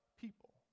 people